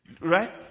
right